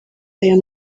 aya